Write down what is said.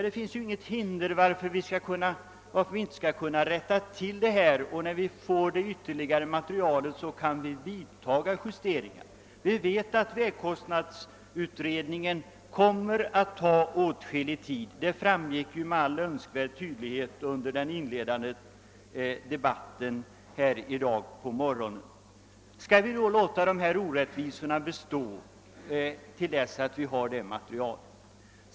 Det finns emel lertid inget hinder för att rätta till orättvisan och sedan vidta ytterligare justeringar när det kompletterande materialet föreligger. Det framgick med all önskvärd tydlighet under den inledande debatten i dag på morgonen att vägkostnadsutredningen kommer att ta åtskillig tid. Skall vi då låta orättvisorna bestå tills vi har det materialet?